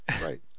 Right